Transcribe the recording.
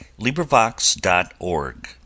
LibriVox.org